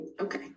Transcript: Okay